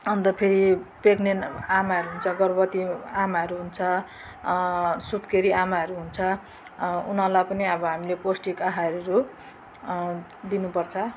अन्त फेरि प्रेगनेन्ट आमाहरू हुन्छ गर्भवती आमाहरू हुन्छ सुत्केरी आमाहरू हुन्छ उनीहरूलाई पनि अब हामीले पौष्टिक आहारहरू दिनुपर्छ